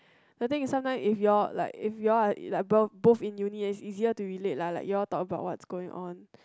the thing is sometimes if y’all like if y’all are like bo~ both in uni and is easier to relate la like you'll talk about what's going on